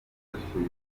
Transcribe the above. bifashishije